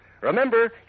Remember